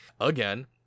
again